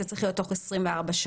זה צריך להיות תוך 24 שעות.